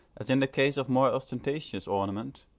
as in the case of more ostentatious ornament,